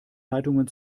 leitungen